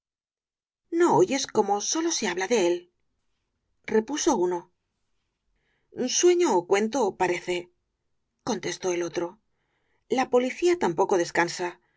no oyes como sólo se habla de él repuso uno sueño ó cuento parece contestó el otro la policía tampoco descansa